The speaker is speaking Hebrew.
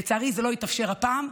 לצערי זה לא התאפשר הפעם,